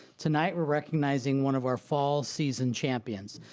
tonight we're recognizing one of our fall season champions.